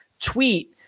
tweet